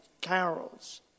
carols